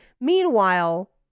Meanwhile